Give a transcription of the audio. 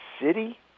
city